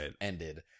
ended